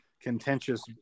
contentious